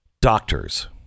Doctors